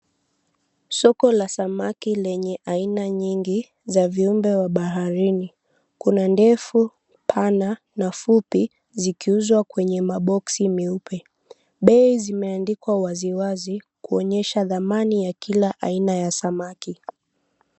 Soko la samaki lenye aina nyingi za viumbe vya baharini. Kuna ndefu pana na fupi zikiuzwa kwenye maboksi meupe. Bei zimeandikwa waziwazi kuonyesha dhamani ya kila aina ya samaki.